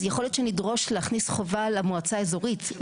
אז יכול להיות שנדרוש להכניס חובה למועצה האזורית,